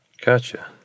Gotcha